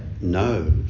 no